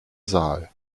saal